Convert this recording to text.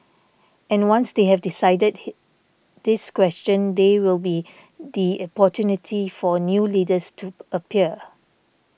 and once they have decided this question there will be the opportunity for new leaders to appear